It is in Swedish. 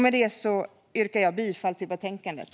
Med det yrkar jag bifall till förslaget i betänkandet.